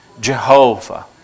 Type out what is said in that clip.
Jehovah